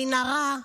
במנהרה.